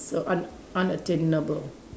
s~ un~ unattainable